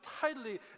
tightly